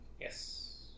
Yes